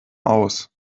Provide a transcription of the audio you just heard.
aus